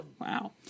wow